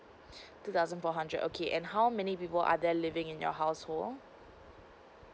two thousand four hundred okay and how many people are there living in your household